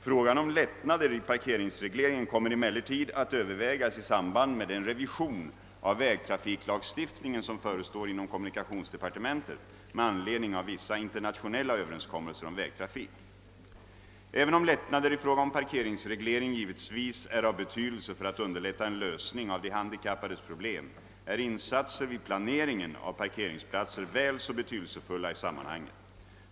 Frågan om lättnader i parkeringsregleringen kommer emellertid att övervägas i samband med den revision av vägtrafiklagstiftningen som förestår inom kommunikationsdepartementet med anledning av vissa internationella överenskommeiser om vägtrafik. Även om lättnader i fråga om parkeringsreglering givetvis är av betydelse för att underlätta en lösning av de handikappades problem, är insatser vid planeringen av parkeringsplatser väl så betydelsefulla i sammanhanget.